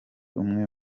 umwe